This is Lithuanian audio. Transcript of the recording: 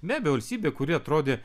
nebe valstybė kuri atrodė